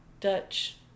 Dutch